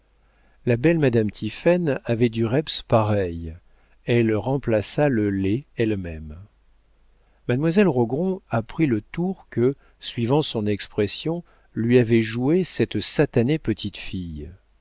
la belle madame tiphaine avait du reps pareil elle remplaça le lé elle-même mademoiselle rogron apprit le tour que suivant son expression lui avait joué cette satanée petite fille